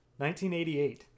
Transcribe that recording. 1988